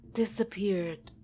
disappeared